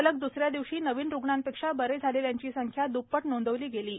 सलग द्सऱ्या दिवशी नवीन रुग्णांपेक्षा बरे झालेल्यांची संख्या द्प्पट नोंदवली गेली आहे